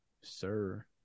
sir